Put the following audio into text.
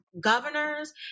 governors